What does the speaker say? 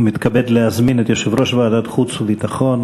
ומתכבד להזמין את יושב-ראש ועדת החוץ והביטחון,